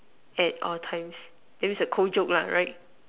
at all times that means a cold joke lah right